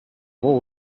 all